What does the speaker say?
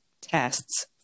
tests